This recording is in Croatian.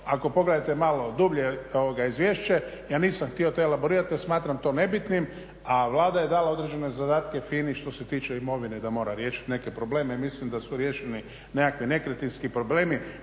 ako pogledate malo dublje izvješće ja nisam htio to elaborirati jer smatram to nebitnim, a Vlada je dala određene zadatke FINA-i što se tiče imovine da mora riješiti neke probleme i mislim da su riješeni nekakvi nekretninski problemi,